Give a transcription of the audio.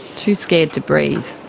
too scared to breathe.